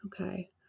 okay